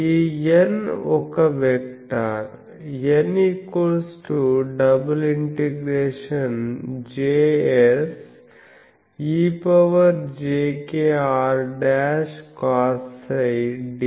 ఈ N ఒక వెక్టర్N ∬Js ejkrcosψ ds